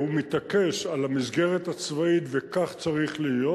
הוא מתעקש על המסגרת הצבאית, וכך צריך להיות,